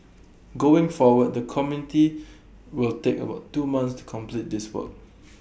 going forward the committee will take about two months to complete this work